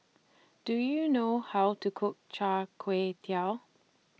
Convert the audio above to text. Do YOU know How to Cook Char Kway Teow